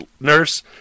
nurse